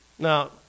Now